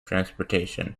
transportation